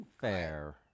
fair